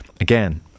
again